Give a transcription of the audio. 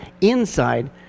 inside